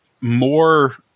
more